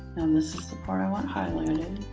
and this is the part i want highlighted.